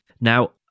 now